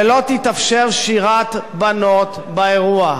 ולא תתאפשר שירת בנות באירוע.